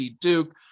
Duke